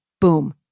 boom